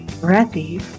breathy